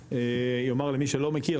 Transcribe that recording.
אני אומר למי שלא מכיר,